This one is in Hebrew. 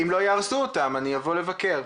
אם לא יהרסו אותם אני אבוא לבקר.